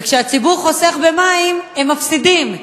וכשהציבור חוסך במים הם מפסידים,